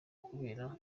kubera